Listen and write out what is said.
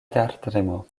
tertremo